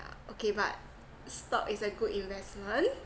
okay but stock is a good investment